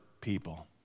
people